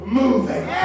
moving